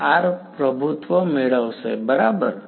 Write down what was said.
1r પ્રભુત્વ મેળવશે બરાબર